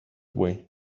way